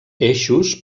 eixos